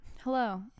Hello